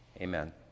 Amen